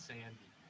Sandy